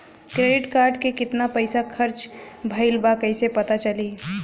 Credit card के कितना पइसा खर्चा भईल बा कैसे पता चली?